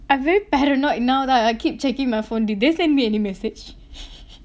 I very paranoid now like I keep checking my phone did they send me any message